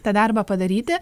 tą darbą padaryti